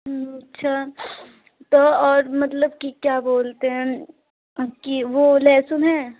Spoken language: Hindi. अच्छा तो और मतलब की क्या बोलते हैं कि वह लहसुन है